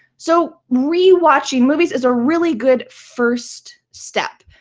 so rewatching movies is a really good first step.